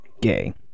gay